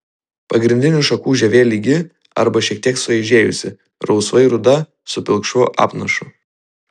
pagrindinių šakų žievė lygi arba šiek tiek suaižėjusi rausvai ruda su pilkšvu apnašu